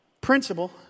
principle